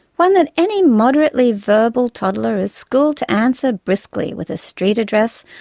one that any moderately verbal toddler is schooled to answer briskly with a street address,